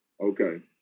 okay